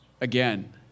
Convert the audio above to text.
again